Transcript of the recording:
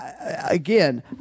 again